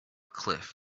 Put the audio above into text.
cliff